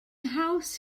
haws